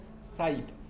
side